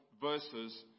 verses